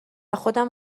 خودم